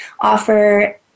offer